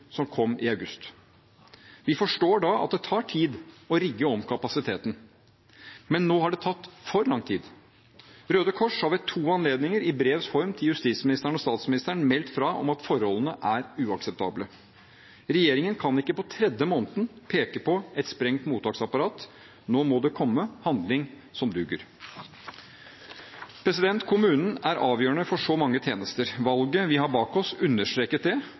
som kom i august. Vi forstår at det tar tid å rigge om kapasiteten. Men nå har det tatt for lang tid. Røde Kors har ved to anledninger i brevs form til justisministeren og statsministeren meldt fra om at forholdene er uakseptable. Regjeringen kan ikke på tredje måneden peke på et sprengt mottaksapparat. Nå må det komme handling som duger. Kommunen er avgjørende for så mange tjenester. Valget vi har bak oss, understreket det